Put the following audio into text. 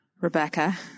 Rebecca